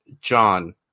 John